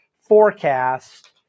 forecast